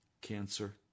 cancer